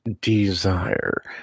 Desire